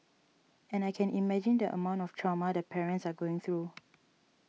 and I can imagine the amount of trauma the parents are going through